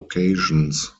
occasions